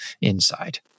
inside